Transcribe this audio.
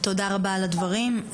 תודה רבה על הדברים.